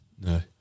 no